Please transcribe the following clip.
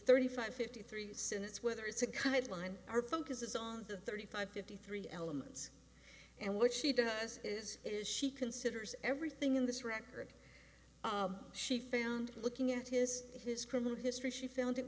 thirty five fifty three since whether it's a kind of line or focuses on the thirty five fifty three elements and what she does is is she considers everything in this record she found looking at his his criminal history she found it